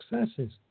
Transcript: successes